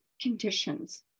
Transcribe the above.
conditions